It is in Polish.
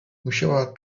musiała